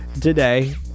today